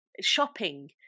shopping